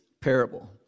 parable